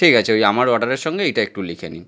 ঠিক আছে ওই আমার অর্ডারের সঙ্গে এটা একটু লিখে নিন